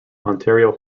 ontario